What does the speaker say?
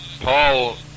Paul